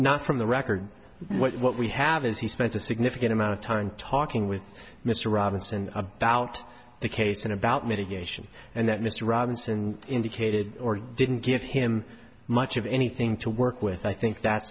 not from the record what we have is he spent a significant amount of time talking with mr robinson about the case and about mitigation and that mr robinson indicated or didn't give him much of anything to work with i think that